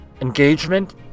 engagement